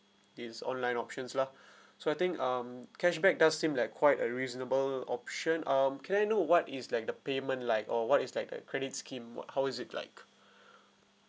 these online options lah so I think um cashback does seem like quite a reasonable option um can I know what is like the payment like or what is like that credit scheme what how is it like